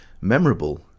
memorable